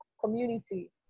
community